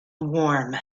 warm